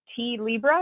TLibra